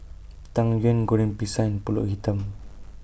Tang Yuen Goreng Pisang and Pulut Hitam